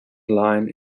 line